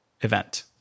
event